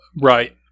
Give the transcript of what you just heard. right